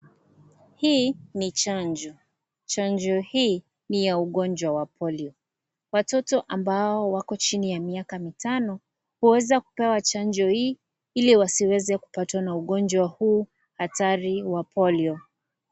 Hii ni chanjo. Chanjo hii, ni ya ugonjwa wa polio. Watoto ambao wako chini ya miaka mitano, huweza kupewa chanjo hii, ili wasiweze kupatwa na ugonjwa huu hatari wa polio.